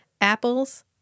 apples